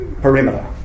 Perimeter